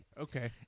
Okay